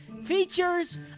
Features